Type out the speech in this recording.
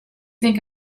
think